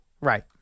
Right